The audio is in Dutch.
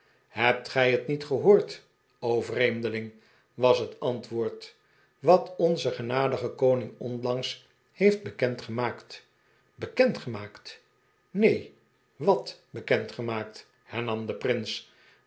hebt gij het niet gehoord o vreemdeling was het antwoord wat onze genadige koning onlangs heeft bekendgemaakt bekendgemaakt neen wat bekendgemaakt hernam de prins